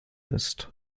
ist